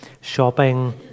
shopping